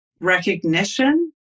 recognition